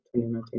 2019